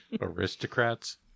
Aristocrats